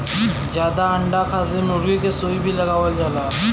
जादा अंडा खातिर मुरगी के सुई भी लगावल जाला